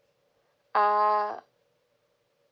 uh